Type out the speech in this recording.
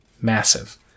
Massive